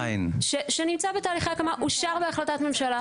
שנמצא בתהליכי הקמה, אושר בהחלטת ממשלה.